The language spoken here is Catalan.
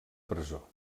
presó